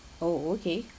oh okay